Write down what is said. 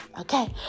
Okay